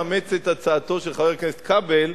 לאמץ את הצעתו של חבר הכנסת כבל,